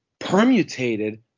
permutated